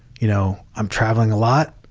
you know, i'm traveling a lot,